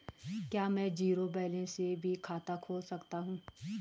क्या में zero balance से भी खाता खोल सकता हूँ?